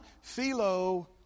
Philo